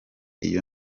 iyo